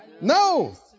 no